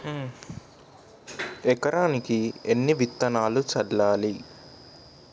ఎకరానికి ఎన్ని విత్తనాలు చల్లాలి?